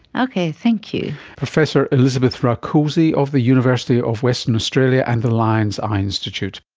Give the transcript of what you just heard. okay, thank you. professor elizabeth rakoczy of the university of western australia and the lions eye institute